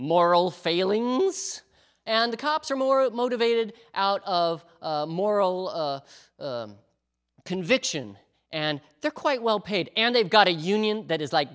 moral failings and the cops are more motivated out of moral conviction and they're quite well paid and they've got a union that is like